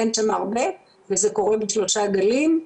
אין שם הרבה וזה קורה בשלושה גלים.